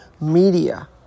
media